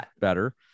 better